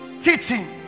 teaching